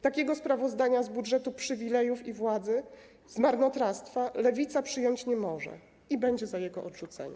Takiego sprawozdania z budżetu przywilejów i władzy, z marnotrawstwa Lewica przyjąć nie może i będzie za jego odrzuceniem.